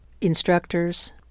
instructors